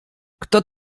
kto